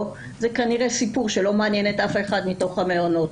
זה כנראה סיפור שלא מעניין את אף אחד מתוך המעונות.